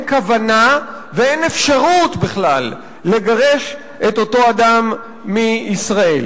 כוונה ואין אפשרות בכלל לגרש את אותו אדם מישראל.